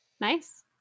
nice